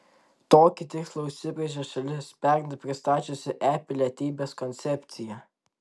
tokį tikslą užsibrėžė šalis pernai pristačiusi e pilietybės koncepciją